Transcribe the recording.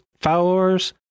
followers